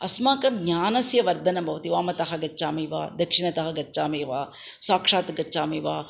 अस्माकं ज्ञानस्य वर्धनं भवति वामतः गच्छामि वा दक्षिणतः गच्छामि वा साक्षात् गच्छामि वा